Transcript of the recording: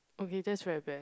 okay that's very bad